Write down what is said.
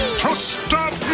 to stop